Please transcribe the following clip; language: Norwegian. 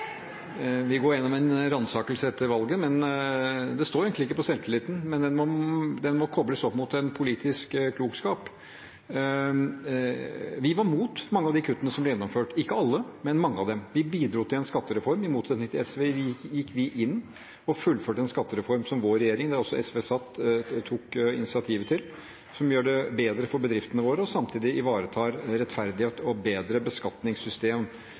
Vi går gjennom en ransakelse etter valget. Det står egentlig ikke på selvtilliten, men den må kobles opp mot politisk klokskap. Vi var mot mange av de kuttene som ble gjennomført – ikke alle, men mange av dem. Vi bidro til en skattereform. I motsetning til SV gikk vi inn og fullførte en skattereform som vår regjering, der også SV satt, tok initiativet til, som gjør det bedre for bedriftene våre og samtidig ivaretar rettferdighet og bedre beskatningssystem